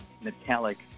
metallic